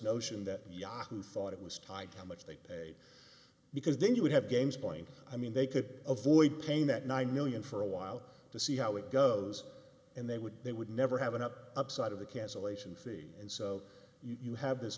notion that yahoo thought it was tied to how much they paid because then you would have games point i mean they could avoid paying that nine million for a while to see how it goes and they would they would never have an upside of the cancellation fee and so you have this